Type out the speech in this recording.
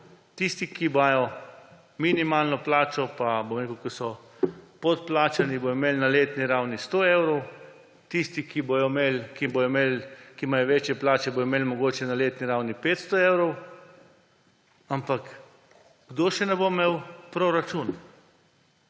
tisti, ki imajo minimalno plačo pa ki so podplačani, bodo imeli na letni ravni sto evrov, tisti, ki imajo večje plače, bodo imeli mogoče na letni ravni 500 evrov, ampak kdo še ne bo imel? Proračun.